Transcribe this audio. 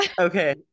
okay